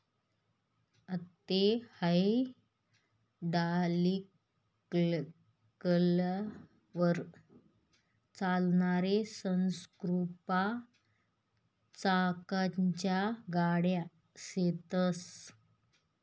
आते हायड्रालिकलवर चालणारी स्कूप चाकसन्या गाड्या शेतस